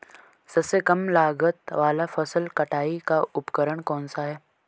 सबसे कम लागत वाला फसल कटाई का उपकरण कौन सा है?